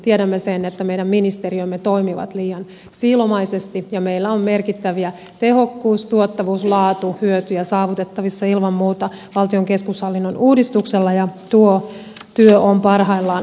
tiedämme sen että meidän ministeriömme toimivat liian siilomaisesti ja meillä on merkittäviä tehokkuus tuottavuus ja laatuhyötyjä saavutettavissa ilman muuta valtion keskushallinnon uudistuksella ja tuo työ on parhaillaan meneillään